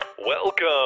Welcome